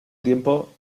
tiempo